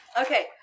Okay